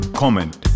comment